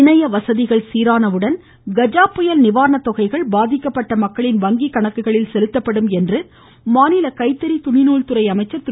இணைய வசதிகள் சீரான உடன் கஜா புயல் நிவாரண தொகைகள் பாதிக்கப்பட்ட மக்களின் வங்கிககணக்குகளில் செலுத்தப்படும் என்று மாநில கைத்தறி துணைநூல் துறை அமைச்சர் திரு